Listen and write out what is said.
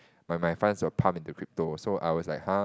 my my friends will pump into crypto so I was like !huh!